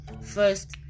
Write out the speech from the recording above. first